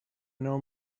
know